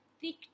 thick